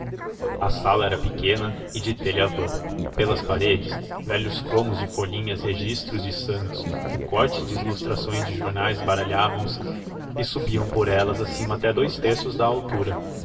a sala era pequena e de telha vã pelas paredes velhos cromos de folhinhas registros de santos recortes de ilustrações de jornais baralhavam se e subiam por elas acima até dous terços da altura